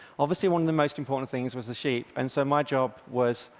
obviously, one of the most important things was the sheep, and so my job was,